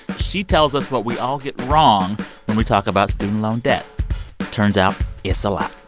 she tells us what we all get wrong when we talk about student loan debt. it turns out it's a lot.